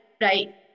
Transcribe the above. right